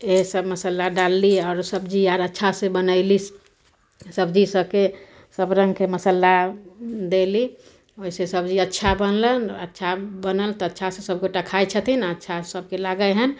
इएहे सब मसल्ला डालली आओर सब्जी आर अच्छा से बनेली सब्जी सबके सबके सब रङ्गके मसल्ला देली ओहि से सब्जी अच्छा बनलै अच्छा बनल तऽ अच्छा से सब गोटा खाइ छथिन सबके लागै हन